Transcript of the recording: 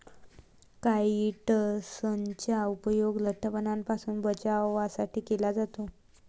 काइट्सनचा उपयोग लठ्ठपणापासून बचावासाठी केला जातो